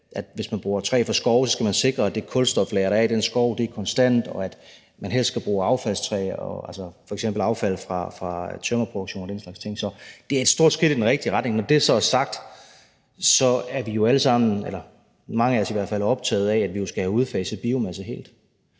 hvis man bruger træ fra skove, skal sikre, at det kulstoflager, der er i den skov, er konstant, og at man helst skal bruge affaldstræ, f.eks. affald fra tømmerproduktion og den slags ting. Så det er et stort skridt i den rigtige retning. Men når det er sagt, er vi jo alle sammen, eller i hvert fald mange af os, optaget af, at vi skal have udfaset biomasse helt.